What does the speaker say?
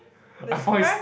I found this